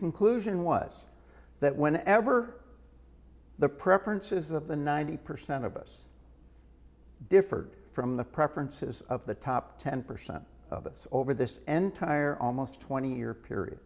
conclusion was that whenever the preferences of the ninety percent of us differed from the preferences of the top ten percent of its over this end tire almost twenty year period